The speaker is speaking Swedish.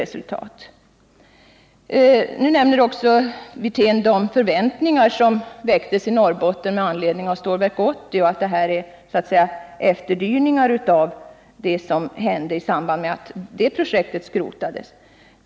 Rolf Wirtén nämnde i sammanhanget de förväntningar som väcktes i Norrbotten med anledning av Stålverk 80 och att vad jag här tagit upp skulle vara några slags efterdyningar efter vad som hände i samband med att detta projekt skrotades.